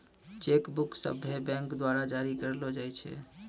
cheque book सभ्भे bank द्वारा जारी करलो जाय छै